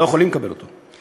לא יכולים לקבל אותו.